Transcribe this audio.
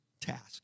task